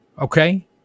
Okay